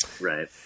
right